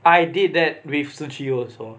I did that with shi qi also